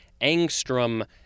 angstrom